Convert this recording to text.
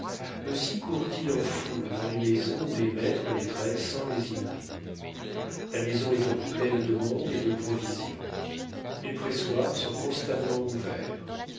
aussi courent ils en foule dans les maisons où les maîtres les traitent sans lésinerie la maison est donc pleine de monde et de provisions les pressoirs sont constamment ouverts